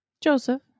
Joseph